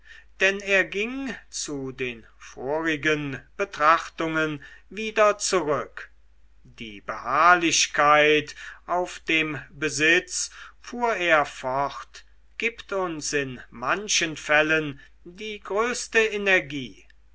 denn er ging zu den vorigen betrachtungen wieder zurück die beharrlichkeit auf dem besitz fuhr er fort gibt uns in manchen fällen die größte